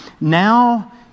Now